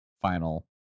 final